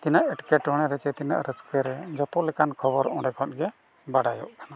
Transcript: ᱛᱤᱱᱟᱹᱜ ᱮᱴᱠᱮᱴᱚᱬᱮ ᱨᱮ ᱥᱮ ᱛᱤᱱᱟᱹᱜ ᱨᱟᱹᱥᱠᱟᱹᱨᱮ ᱡᱷᱚᱛᱚ ᱞᱮᱠᱟᱱ ᱠᱷᱚᱵᱚᱨ ᱚᱸᱰᱮ ᱠᱷᱚᱱᱜᱮ ᱵᱟᱰᱟᱭᱚᱜ ᱠᱟᱱᱟ